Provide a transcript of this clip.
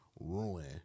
Ruin